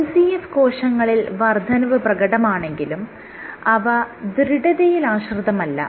MCF 7 കോശങ്ങളിൽ വർദ്ധനവ് പ്രകടമാണെങ്കിലും അവ ദൃഢതയിൽ ആശ്രിതമല്ല